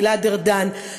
גלעד ארדן,